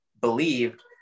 believed